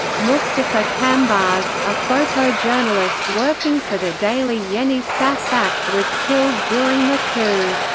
mustafa cambaz, a photojournalist working for the daily yeni safak was killed during the coup.